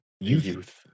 Youth